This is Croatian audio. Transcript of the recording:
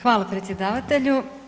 Hvala predsjedavatelju.